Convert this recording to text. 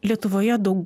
lietuvoje daug